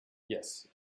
yes